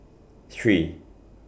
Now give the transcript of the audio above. three